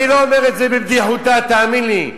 אני לא אומר את זה בבדיחותא, תאמין לי.